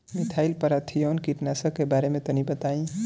Methyl parathion कीटनाशक के बारे में तनि बताई?